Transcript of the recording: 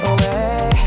Away